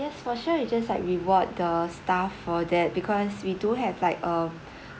yes for sure we just like reward the staff for that because we do have like a